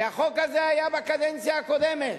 כי החוק הזה היה בקדנציה הקודמת,